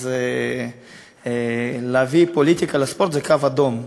אז להביא פוליטיקה לספורט זה קו אדום.